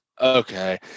Okay